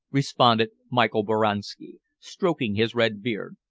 responded michael boranski, stroking his red beard.